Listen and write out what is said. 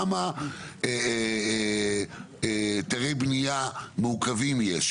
כמה היתרי בנייה מעוכבים יש?